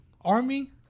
Army